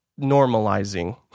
normalizing